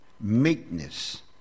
meekness